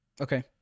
Okay